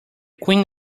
queen